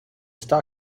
star